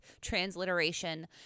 transliteration